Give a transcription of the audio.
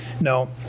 No